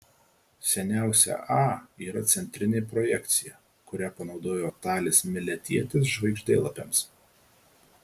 seniausia a yra centrinė projekcija kurią panaudojo talis miletietis žvaigždėlapiams